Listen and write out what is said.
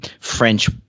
French